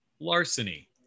Larceny